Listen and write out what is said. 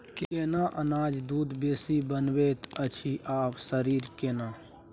केना अनाज दूध बेसी बनबैत अछि आ शरीर केना?